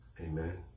Amen